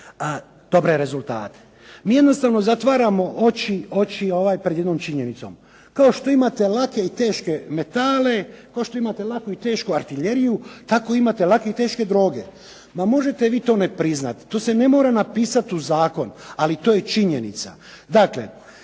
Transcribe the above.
dobre rezultate. Mi jednostavno zatvaramo oči pred jednom činjenicom. Kao što imate lake i teške metale, kao što imate laku i tešku artiljeriju, tako imate lake i teške droge. Ma možete vi to ne priznati. To se ne mora napisati u zakon, ali to je činjenica.